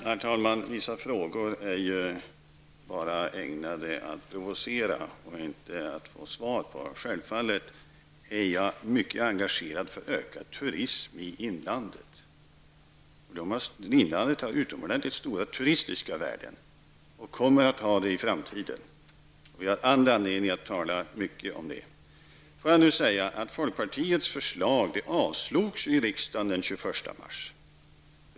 Herr talman! Vissa frågor är bara ägnade att provocera och ställs inte för att frågeställaren vill ha svar på dem. Självfallet är jag mycket engagerad i turism i inlandet! Inlandet har utomordentligt stora turistiska värden och kommer att ha det även i framtiden. Vi har all anledning att tala mycket om det. Folkpartiets förslag avslogs ju av riksdagen den 21 mars.